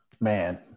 Man